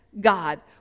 God